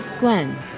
Gwen